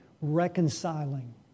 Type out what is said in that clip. reconciling